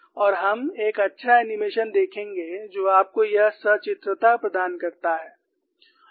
और हम एक अच्छा एनीमेशन देखेंगे जो आपको यह सचित्रता प्रदान करता है